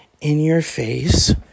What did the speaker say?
in-your-face